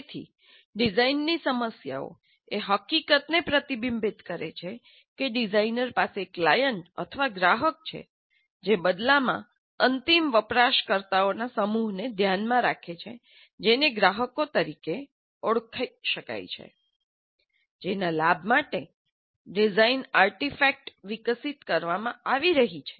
તેથી ડિઝાઇન સમસ્યાઓ એ હકીકતને પ્રતિબિંબિત કરે છે કે ડિઝાઇનર પાસે ક્લાયન્ટ અથવા ગ્રાહક છે જે બદલામાં અંતિમ વપરાશકર્તાઓના સમૂહને ધ્યાનમાં રાખે છે જેને ગ્રાહકો તરીકે ઓળખાવી શકાય છે જેના લાભ માટે ડિઝાઇન આર્ટિફેક્ટ વિકસિત કરવામાં આવી રહી છે